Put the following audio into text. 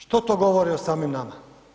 Što to govori o samim nama?